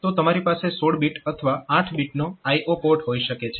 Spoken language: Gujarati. તો તમારી પાસે 16 બીટ અથવા 8 બીટનો IO પોર્ટ હોઈ શકે છે